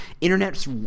internet's